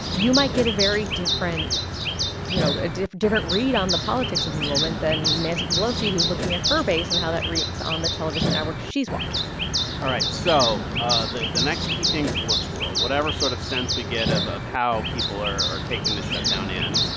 you might get a very different you know, a different read on the politics of the moment than nancy pelosi who's looking at her base and how that reads on the television network she's watching all right. so ah the the next key things to look for whatever sort of sense we get of of how people are are taking the shutdown in,